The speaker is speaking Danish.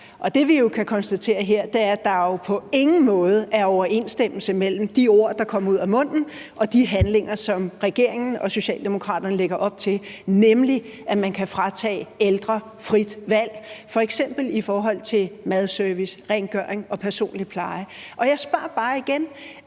Det, vi jo kan konstatere her, er, at der på ingen måde er overensstemmelse mellem de ord, der kommer ud af munden, og de handlinger, som regeringen og Socialdemokraterne lægger op til, nemlig at man kan fratage ældre frit valg, f.eks. i forhold til madservice, rengøring og personlig pleje. Og jeg spørger bare igen: